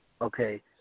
Okay